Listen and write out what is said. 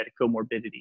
comorbidity